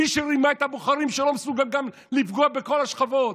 מי שרימה את הבוחרים שלו מסוגל לפגוע גם בכל השכבות.